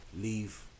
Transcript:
leave